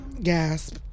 gasp